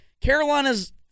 Carolina's